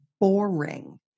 boring